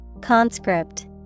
Conscript